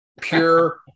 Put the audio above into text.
pure